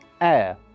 Air